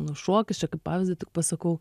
nu šokis čia kaip pavyzdį tik pasakau